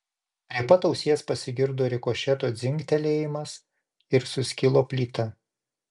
prie pat ausies pasigirdo rikošeto dzingtelėjimas ir suskilo plyta